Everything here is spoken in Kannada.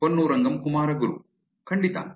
ಪೊನ್ನುರಂಗಂ ಕುಮಾರಗುರು ಖಂಡಿತ